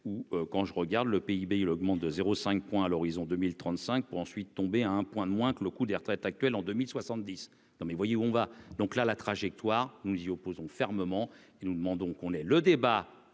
ou quand je regarde le PIB, il augmente de 0 5 point à l'horizon 2035 pour ensuite tomber à 1 point de moins que le coût des retraites actuelles en 2070 non mais vous voyez où on va donc la la trajectoire, nous nous y opposons fermement et nous demandons qu'on ait le débat,